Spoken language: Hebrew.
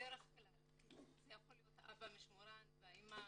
בדרך כלל זה יכול להיות אבא משמורן והאימא